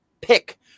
pick